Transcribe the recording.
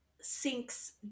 sinks